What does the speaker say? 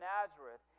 Nazareth